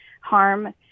harm